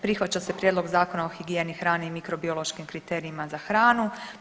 Prihvaća se Prijedlog Zakona o higijeni hrane i mikrobiološkim kriterijima za hranu.